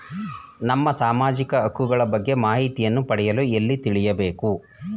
ನಮ್ಮ ಸಾಮಾಜಿಕ ಹಕ್ಕುಗಳ ಬಗ್ಗೆ ಮಾಹಿತಿಯನ್ನು ಪಡೆಯಲು ಎಲ್ಲಿ ತಿಳಿಯಬೇಕು?